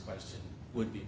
question would be